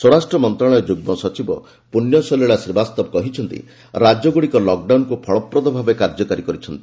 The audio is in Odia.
ସ୍ୱରାଷ୍ଟ୍ର ମନ୍ତ୍ରଣାଳୟ ଯୁଗ୍ଲସଚିବ ପୁଣ୍ୟସଲୀଳା ଶ୍ରୀବାସ୍ତବ କହିଛନ୍ତି ରାଜ୍ୟଗୁଡ଼ିକ ଲକଡାଉନକୁ ଫଳପ୍ରଦ ଭାବେ କାର୍ଯ୍ୟକାରୀ କରିଛନ୍ତି